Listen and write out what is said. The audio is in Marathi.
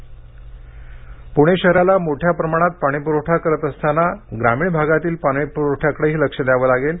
भामा आसखेड पूणे शहराला मोठ्या प्रमाणात पाणीपुरवठा करत असताना ग्रामीण भागातील पाणीपुरवठ्याकडेही लक्ष द्यावं लागेल